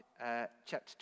chapter